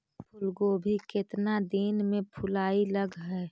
फुलगोभी केतना दिन में फुलाइ लग है?